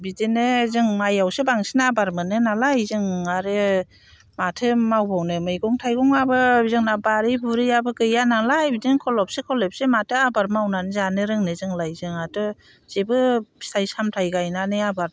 बिदिनो जों माइयावसो बांसिन आबाद मोनो नालाय जों आरो माथो मावबावनो मैगं थाइगङाबो जोंना बारि बुरियाबो गैया नालाय बिदिनो खलबसे खलबसे माथो आबाद मावनानै जानो रोंनो जोंलाय जोंहाथ' जेबो फिथाइ सामथाय गायनानै आबाद